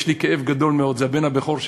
יש לי כאב גדול מאוד, זה הבן הבכור שלי.